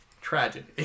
Tragedy